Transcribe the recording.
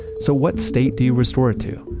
so, what state do you restore it to?